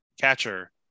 catcher